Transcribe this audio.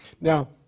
Now